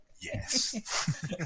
yes